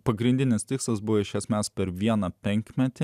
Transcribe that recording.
pagrindinis tikslas buvo iš esmės per vieną penkmetį